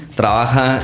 trabaja